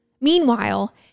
Meanwhile